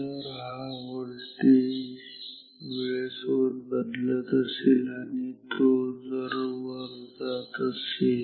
जर हा व्होल्टेज वेळेसोबत बदलत असेल आणि जर तो वर जात असेल